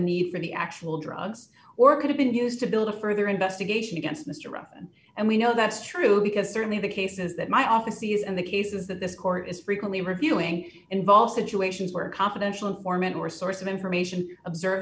need for the actual drugs or could have been used to build a further investigation against mr ruff and we know that's true because certainly the cases that my office use and the cases that this court is frequently reviewing involve situations where confidential informant or source of information observed